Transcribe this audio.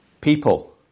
people